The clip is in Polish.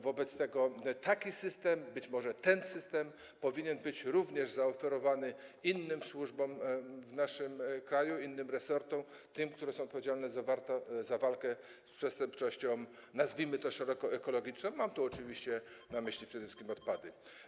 Wobec tego taki system, być może ten system, powinien być również zaoferowany innym służbom w naszym kraju, innym resortom, które są odpowiedzialne za walkę z przestępczością, nazwijmy to szeroko, ekologiczną, mam tu oczywiście na myśli przede wszystkim odpady.